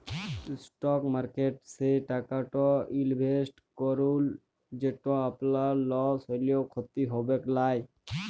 stock মার্কেটে সে টাকাট ইলভেসেট করুল যেট আপলার লস হ্যলেও খ্যতি হবেক লায়